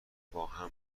باهم